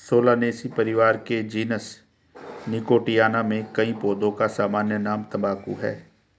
Solanaceae परिवार के genus Nicotiana में कई पौधों का सामान्य नाम तंबाकू है